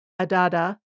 Adada